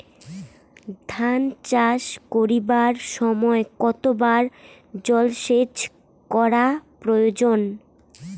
ধান চাষ করিবার সময় কতবার জলসেচ করা প্রয়োজন?